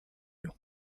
got